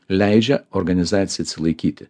leidžia organizacijai atsilaikyti